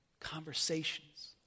Conversations